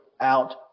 out